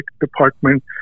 department